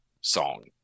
song